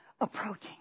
approaching